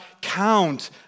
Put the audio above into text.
count